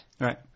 Right